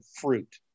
fruit